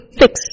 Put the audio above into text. fix